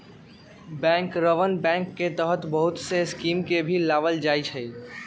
बैंकरवन बैंक के तहत बहुत से स्कीम के भी लावल जाहई